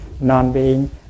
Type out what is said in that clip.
non-being